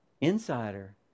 insider